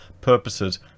purposes